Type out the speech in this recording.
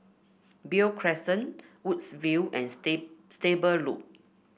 Beo Crescent Woodsville and Stable Loop